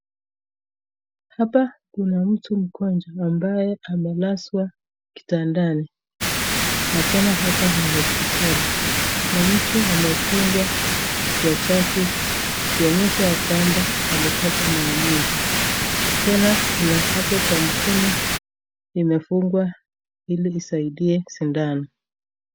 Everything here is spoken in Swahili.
Hapa kuna mtu mgonjwa ambaye amelazwa kitandani, na tena hapa ni hospitali na mtu amefungwa kichwa chake ikionyesha ya kwamba alipata maumivu, tena kuna hapo kwa mkono imefungwa ili isaidie sindano.